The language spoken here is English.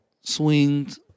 Swings